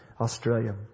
australia